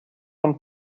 von